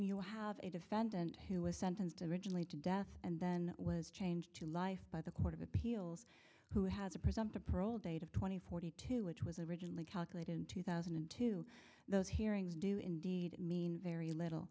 you have a defendant who was sentenced originally to death and then was changed to life by the court of appeals who has a prism to perl date of twenty forty two which was originally calculated in two thousand and two those hearings do indeed mean very little